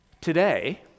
Today